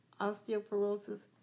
osteoporosis